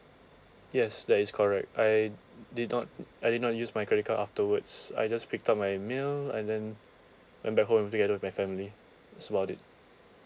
yes that is correct I did not I did not use my credit card afterwards I just picked up my mail and then went back home together with my family that's about it